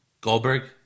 Goldberg